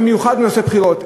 במיוחד בנושא בחירות,